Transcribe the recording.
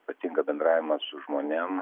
patinka bendravimas su žmonėm